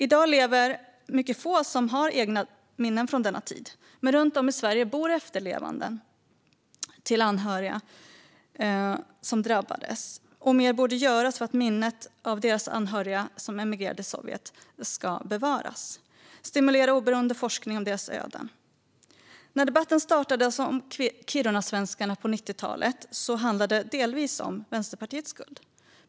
I dag lever mycket få som har egna minnen från denna tid, men runt om i Sverige bor efterlevande till dem som drabbades. Mer borde göras för att minnet av deras anhöriga som emigrerade till Sovjet ska bevaras och för att stimulera oberoende forskning om deras öden. När debatten om kirunasvenskarna startade på 90-talet handlade den delvis om Vänsterpartiets skuld.